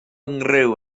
nghriw